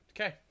Okay